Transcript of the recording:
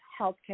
healthcare